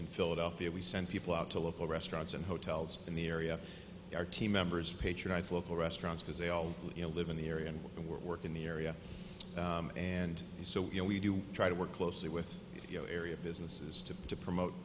in philadelphia we send people out to local restaurants and hotels in the area our team members patronize local restaurants because they all live in the area and to work in the area and so you know we do we try to work closely with you know area businesses to to promote